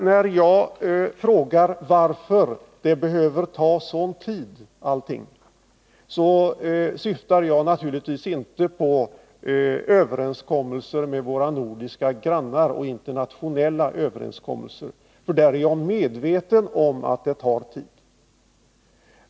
När jag frågar varför allting behöver ta sådan tid, syftar jag naturligtvis inte på överenskommelser med våra nordiska grannar eller på andra internationella överenskommelser, för där är jag medveten om att det tar tid.